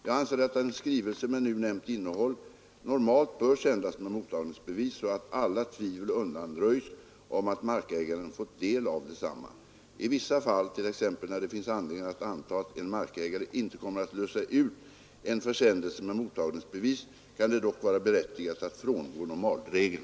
Jag anser att en skrivelse med nu nämnt innehåll normalt bör sändas med mottagningsbevis så att alla tvivel undanröjs om att markägaren fått del av densamma. I vissa fall, t.ex. när det finns anledning att anta att en markägare inte kommer att lösa ut en försändelse med mottagningsbevis, kan det dock vara berättigat att frångå normalregeln.